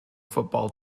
football